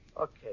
Okay